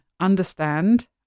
understand